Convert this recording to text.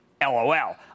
LOL